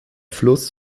fluss